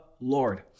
Lord